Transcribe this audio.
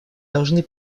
должны